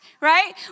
right